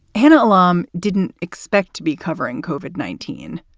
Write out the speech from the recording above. hannah alarm didn't expect to be covering kofod, nineteen.